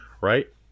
right